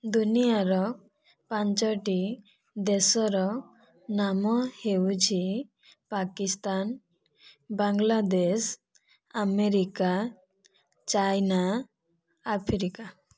ଦୁନିଆର ପାଞ୍ଚଟି ଦେଶର ନାମ ହେଉଛି Pakistan Bangladesh America China Africa